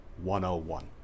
101